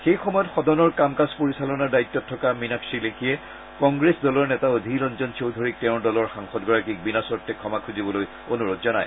সেইসময়ত সদনৰ কাম কাজ পৰিচালনাৰ দায়িত্বত থকা মিনাক্ষী লেখীয়ে কংগ্ৰেছ দলৰ নেতা অধীৰ ৰঞ্জন চৌধুৰীক তেওঁৰ দলৰ সাংসদগৰাকীক বিনা চৰ্তে ক্ষমা খুজিবলৈ অনুৰোধ জনায়